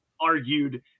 argued